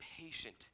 patient